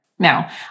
Now